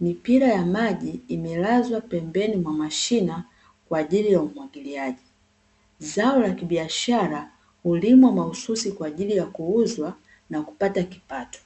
Mipira ya maji imelazwa pembeni mwa mashina kwa ajili ya umwagiliaji. Zao la kibiashara hulimwa mahususi kwa ajili ya kuuzwa na kupata kipato